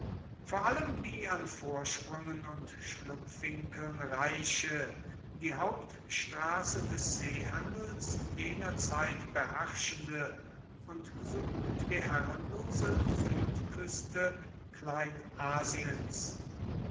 vor allem die an vorsprüngen und schlupfwinkeln reiche die hauptstraße des seehandels jener zeit beherrschende und so gut wie herrenlose südküste